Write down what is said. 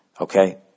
okay